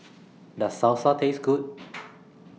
Does Salsa Taste Good